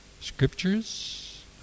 scriptures